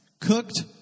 Cooked